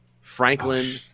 Franklin